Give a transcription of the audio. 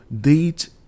date